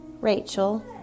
Rachel